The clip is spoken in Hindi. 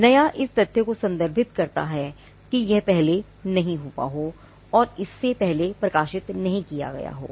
नया इस तथ्य को संदर्भित करता है कि यह पहले नहीं हुआ हो और इससे पहले इसे प्रकाशित नहीं किया गया हो